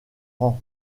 rang